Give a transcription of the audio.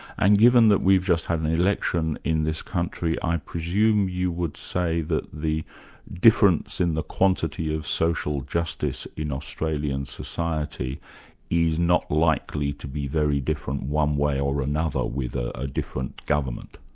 and given that we've just had an election in this country, i presume you would say that the difference in the quantity of social justice in australian society is not likely to be very different one way or another, with a ah different government?